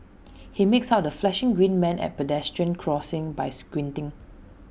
he makes out the flashing green man at pedestrian crossings by squinting